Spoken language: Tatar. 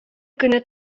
көне